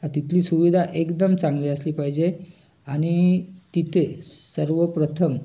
तिथली सुविधा एकदम चांगली असली पाहिजे आणि तिथे सर्वप्रथम